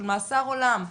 של מאסר עולם,